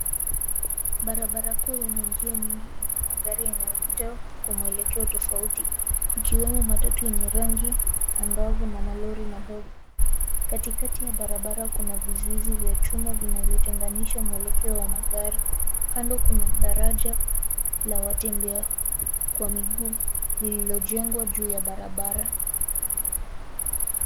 Barabara kuu yenye njia nyingi ina magari yanayopita kwa mwelekeo tofauti, ikiwemo matatu yenye rangi angavu, malori madogo. Katikati ya barabara kuna vizuizi vya chuma vinavyotenganisha mwelekeo wa magari. Kando kuna daraja la watembea kwa miguu lililojengwa juu ya barabara.